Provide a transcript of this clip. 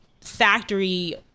Factory